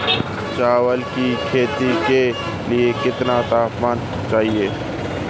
चावल की खेती के लिए कितना तापमान चाहिए?